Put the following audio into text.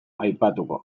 aipatuko